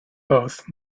both